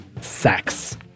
sex